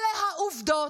אלה העובדות.